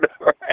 right